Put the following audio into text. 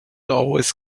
always